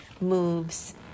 moves